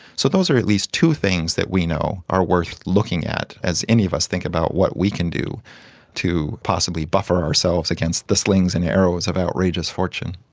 so those are at least two things that we know are worth looking at, as any of us think about what we can do to possibly buffer ourselves against the slings and arrows of outrageous fortune.